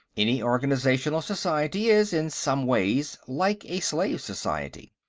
any organizational society is, in some ways, like a slave society.